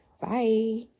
Bye